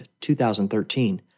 2013